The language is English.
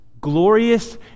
glorious